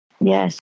Yes